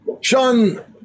Sean